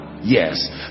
Yes